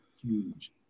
huge